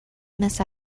miss